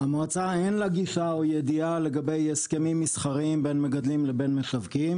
למועצה אין גישה או ידיעה לגבי הסכמים מסחריים בין מגדלים לבין משווקים,